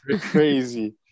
crazy